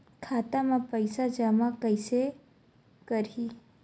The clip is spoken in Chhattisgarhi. खाता म पईसा जमा कइसे करही?